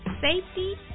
Safety